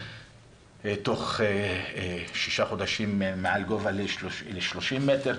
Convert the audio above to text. תוך שישה חודשים מעל גובה ל-30 מטר,